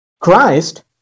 Christ